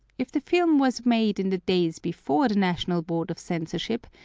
if the film was made in the days before the national board of censorship,